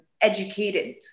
educated